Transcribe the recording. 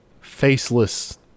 faceless